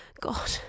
God